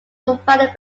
provided